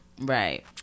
Right